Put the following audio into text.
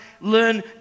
learn